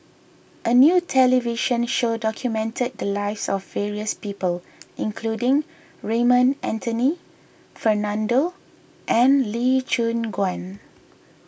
a new television show documented the lives of various people including Raymond Anthony Fernando and Lee Choon Guan